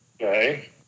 Okay